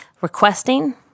requesting